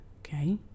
okay